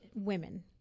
women